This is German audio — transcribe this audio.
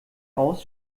aus